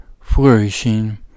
flourishing